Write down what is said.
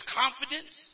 confidence